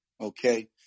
Okay